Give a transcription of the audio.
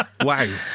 Wow